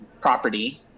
property